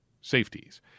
safeties